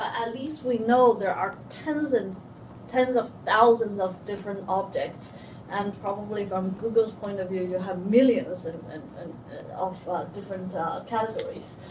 at least we know there are tens and tens of thousands of different objects and probably from google's point of view, you have millions and and um ah of different categories.